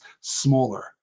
smaller